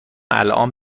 الان